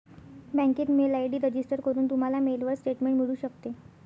बँकेत mail ID register करून, तुम्हाला मेलवर स्टेटमेंट मिळू शकते